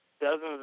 dozens